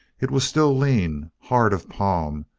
it was still lean, hard of palm,